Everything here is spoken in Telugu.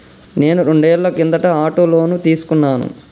నేను రెండేళ్ల కిందట ఆటో లోను తీసుకున్నాను